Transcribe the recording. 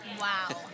Wow